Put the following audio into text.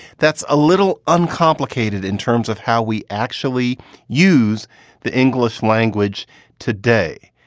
that's a little uncomplicated in terms of how we actually use the english language today.